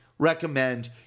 recommend